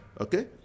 Okay